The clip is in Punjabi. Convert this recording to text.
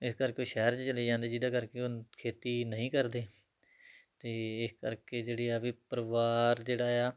ਇਸ ਕਰਕੇ ਉਹ ਸ਼ਹਿਰ 'ਚ ਚਲੇ ਜਾਂਦੇ ਜਿਹਦੇ ਕਰਕੇ ਉਹ ਖੇਤੀ ਨਹੀਂ ਕਰਦੇ ਅਤੇ ਇਸ ਕਰਕੇ ਜਿਹੜੀ ਆ ਵੀ ਪਰਿਵਾਰ ਜਿਹੜਾ ਆ